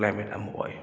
climate ꯑꯃ ꯑꯣꯏ